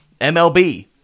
MLB